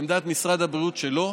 עמדת משרד הבריאות היא שלא.